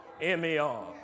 M-E-R